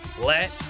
let